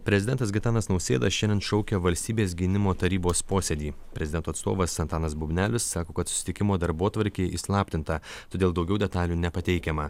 prezidentas gitanas nausėda šiandien šaukia valstybės gynimo tarybos posėdį prezidento atstovas antanas bubnelis sako kad susitikimo darbotvarkė įslaptinta todėl daugiau detalių nepateikiama